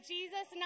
Jesus